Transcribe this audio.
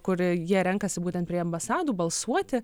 kur jie renkasi būtent prie ambasadų balsuoti